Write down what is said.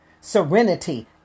serenity